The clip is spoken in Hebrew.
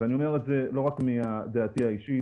ואני אומר את זה לא רק מדעתי האישית,